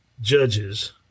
judges